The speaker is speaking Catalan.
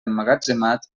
emmagatzemat